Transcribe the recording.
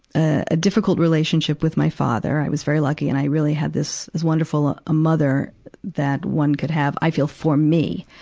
a difficult relationship with my father. i was very lucky, and i really had this, as wonderful ah a mother that one could have, i feel, for me,